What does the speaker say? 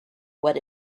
what